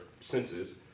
senses